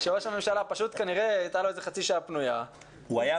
מה שקרה שכנראה לראש הממשלה הייתה איזו חצי שעה פנויה -- הוא היה פה.